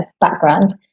background